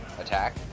Attack